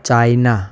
China